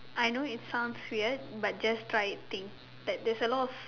I know it sounds weird but just try it think but there's a lot of